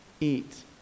eat